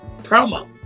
promo